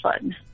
fun